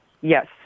Yes